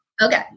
Okay